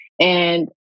And-